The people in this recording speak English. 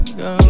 go